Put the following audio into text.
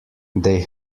they